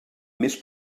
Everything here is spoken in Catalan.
més